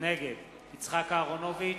נגד יצחק אהרונוביץ,